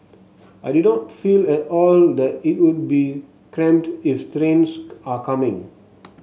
I did not feel at all that it would be cramped if trains are coming